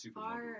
far